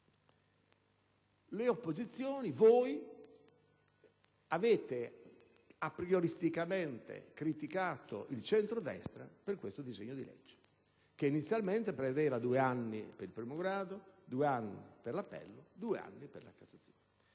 opposizioni avete aprioristicamente criticato il centrodestra per questo disegno di legge, che inizialmente prevedeva due anni per il primo grado, due anni per l'appello e due per la Cassazione.